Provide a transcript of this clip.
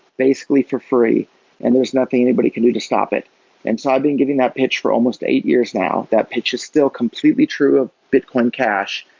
basically for free and there's nothing anybody can do to stop it and i've ah been giving that pitch for almost eight years now. that pitch is still completely true of bitcoin cash.